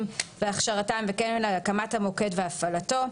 נוספים והכשרתם וכן על הקמת המוקד והפעלתו,